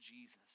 Jesus